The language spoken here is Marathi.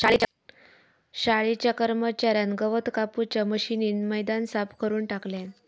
शाळेच्या कर्मच्यार्यान गवत कापूच्या मशीनीन मैदान साफ करून टाकल्यान